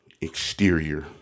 exterior